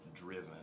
driven